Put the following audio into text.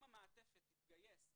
אם המעטפת תתגייס ותגיד: